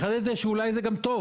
מחדדת את זה שאולי זה גם טוב,